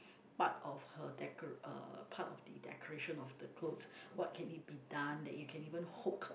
part of her deco~ uh part of the decoration of the clothes what can it been done that you can even hooked